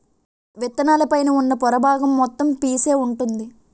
విత్తనాల పైన ఉన్న పొర బాగం మొత్తం పీసే వుంటుంది